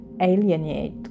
alienate